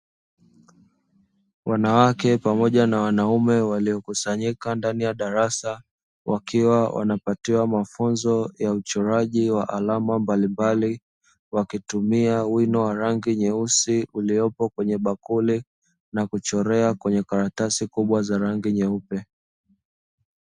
Wanawake pamoja na wanaume waliokusanyika ndani ya darasa; wakiwa wanapatiwa mafunzo ya uchoraji wa alama mbalimbali, wakitumia wino wa rangi nyeusi uliopo kwenye bakuli na kuchorea kwenye karatasi kubwa za rangi nyeupe.